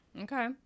Okay